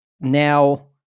now